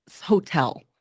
Hotel